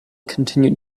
continue